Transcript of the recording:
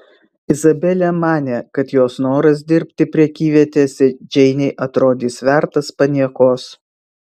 izabelė manė kad jos noras dirbti prekyvietėse džeinei atrodys vertas paniekos